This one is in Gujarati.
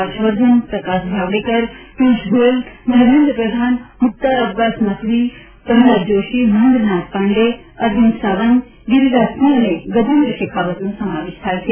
હર્ષવર્ધન પ્રકાશ જાવડેકર પિય્રષ ગોયેલ ધર્મેન્દ્ર પ્રધાન મ્રુષ્નાર અબ્બાસ નકવી પ્રહલાદ જોષી મહેન્દ્રનાથ પાંડે અરવિંદ સાંવત ગિરીરાજ સિંહ અને ગજેન્દ્ર શેખાવતનો સમાવેશ થાય છે